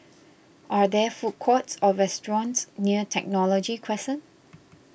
are there food courts or restaurants near Technology Crescent